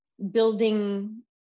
building